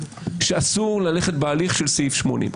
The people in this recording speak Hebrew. שאסור ללכת בהליך של סעיף 80,